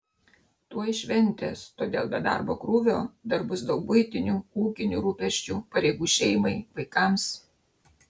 tuoj šventės todėl be darbo krūvio dar bus daug buitinių ūkinių rūpesčių pareigų šeimai vaikams